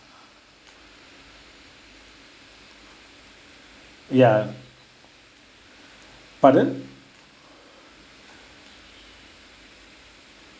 ya pardon